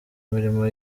imirimo